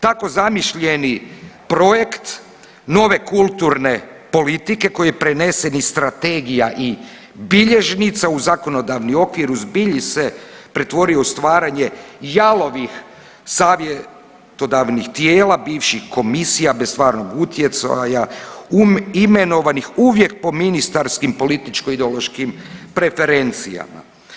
Tako zamišljeni projekt nove kulturne politike koji je prenesen iz strategija i bilježnica u zakonodavni okvir u zbilji se pretvorio u stvaranje jalovih savjetodavnih tijela, bivših komisija bez stvarnog utjecaja imenovanih uvijek po ministarskim političko ideološkim preferencijama.